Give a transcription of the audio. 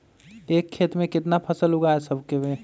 एक खेत मे केतना फसल उगाय सकबै?